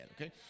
Okay